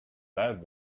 bad